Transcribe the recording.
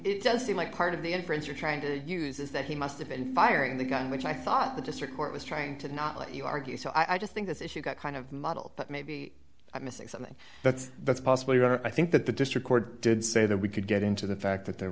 it does seem like part of the inference you're trying to use is that he must have been firing the gun which i thought the district court was trying to not let you argue so i just think this issue got kind of model that maybe i'm missing something that's that's possibly or i think that the district court did say that we could get into the fact that there